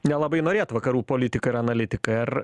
nelabai norėt vakarų politikai ir analitikai ar